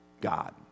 God